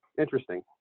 interesting